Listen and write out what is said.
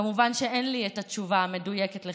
כמובן שאין לי את התשובה לכך,